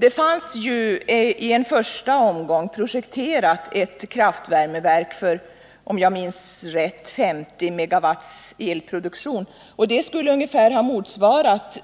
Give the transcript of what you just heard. Det fanns ju i första omgången projekterat ett kraftvärmeverk för, om jag minns rätt, 50 MWh elproduktion, och det skulle ungefär ha motsvarat